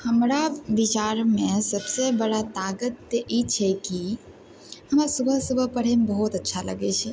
हमरा विचारमे सब सँ बड़ा ताकत ई छै कि हमे सुबह सुबह पढ़यमे बहुत अच्छा लगय छै